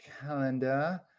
calendar